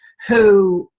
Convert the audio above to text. who,